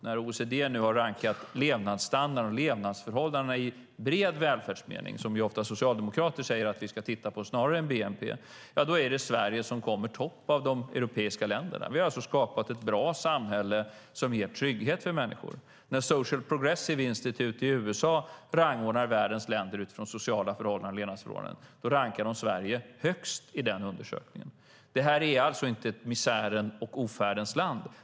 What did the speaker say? När OECD rankat levnadsstandarden och levnadsförhållandena i bred välfärdsmening, något som socialdemokrater ofta säger att vi ska titta på snarare än på bnp, är det Sverige som hamnar i topp bland de europeiska länderna. Vi har alltså skapat ett bra samhälle som ger trygghet för människor. När Social Progressive Institute i USA rangordnar världens länder utifrån sociala förhållanden och levnadsförhållanden rankar de Sverige högst i sin undersökning. Det här är således inte ett misärens och ofärdens land.